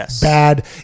Bad